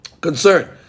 concern